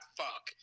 fuck